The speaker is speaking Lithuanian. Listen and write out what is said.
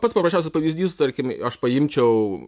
pats paprasčiausias pavyzdys tarkim aš paimčiau